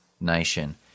nation